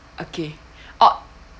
okay oh